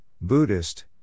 Buddhist